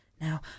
Now